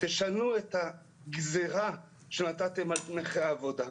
תשנו את הגזרה שנתתם על נכי העבודה.